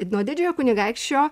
nuo didžiojo kunigaikščio